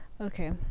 Okay